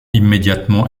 immédiatement